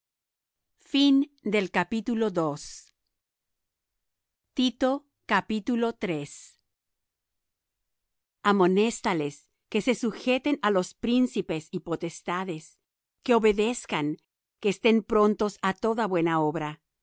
reprende con toda autoridad nadie te desprecie amonéstales que se sujeten á los príncipes y potestades que obedezcan que estén prontos á toda buena obra